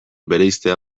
bereiztea